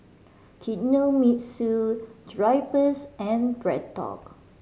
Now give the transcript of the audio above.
Kinohimitsu Drypers and BreadTalk